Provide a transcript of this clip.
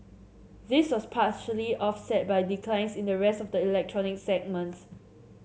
this was partially offset by declines in the rest of the electronic segments